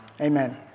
Amen